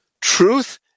Truth